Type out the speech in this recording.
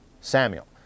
Samuel